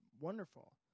wonderful